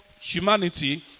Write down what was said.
humanity